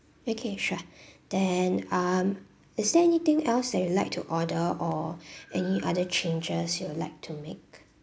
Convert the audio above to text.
okay sure then um is there anything else that you'd like to order or any other changes you would like to make